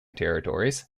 territories